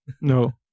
No